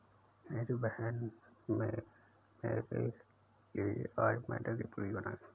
मेरी बहन में मेरे लिए आज मैदे की पूरी बनाई है